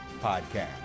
podcast